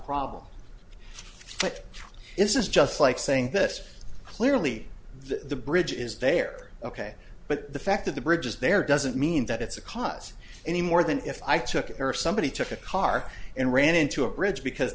problem it is just like saying that clearly the bridge is there ok but the fact of the bridges there doesn't mean that it's a cause any more than if i took or somebody took a car and ran into a bridge because